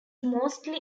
mostly